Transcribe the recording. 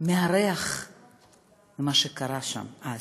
מהריח של מה שקרה שם אז.